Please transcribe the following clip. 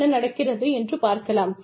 என்ன நடக்கிறது என்று பார்க்கலாம்